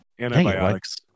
Antibiotics